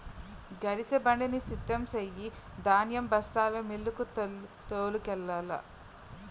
గరిసెబండిని సిద్ధం సెయ్యు ధాన్యం బస్తాలు మిల్లుకు తోలుకెల్లాల